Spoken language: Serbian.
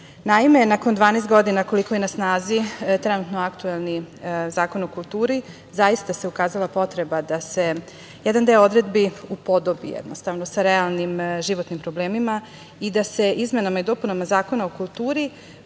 nakon 12 godina, koliko je na snazi trenutno aktuelni Zakon o kulturi, zaista se ukazala potreba da se jedan deo odredbi upodobi sa realnim životnim problemima i da se izmenama i dopunama Zakona o kulturi